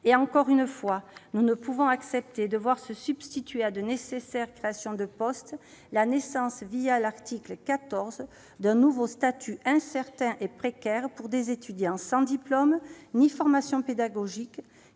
et je le répète : nous ne pouvons accepter de voir se substituer à de nécessaires créations de postes la naissance, l'article 14, d'un nouveau statut incertain et précaire pour des étudiants sans diplôme ni formation pédagogique.